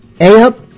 A-up